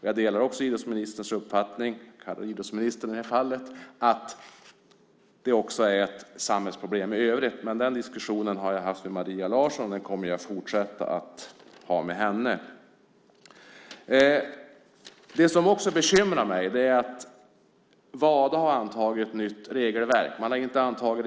Jag delar idrottsministerns - idrottsministern i det här fallet - uppfattning att detta är ett samhällsproblem också i övrigt. Men den diskussionen har jag haft med Maria Larsson, och den kommer jag att fortsätta att ha med henne. Det som också bekymrar mig är att Wadas nya regelverk inte har antagits.